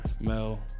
Mel